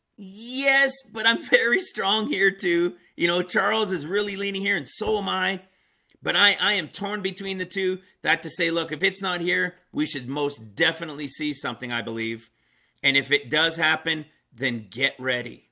yes, but i'm very strong here too, you know charles is really leaning here. and so am i but i i am torn between the two that to say look if it's not here. we should most definitely see something i believe and if it does happen then get ready